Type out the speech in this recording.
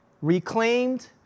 Reclaimed